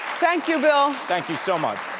thank you, bill. thank you so much.